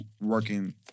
working